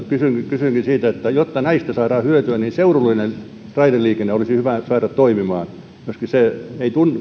kysynkin siitä että jotta näistä saadaan hyötyä niin seudullinen raideliikenne olisi hyvä saada toimimaan myöskin se ei